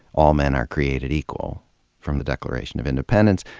all men are created equal from the declaration of independence.